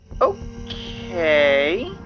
Okay